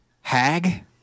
Hag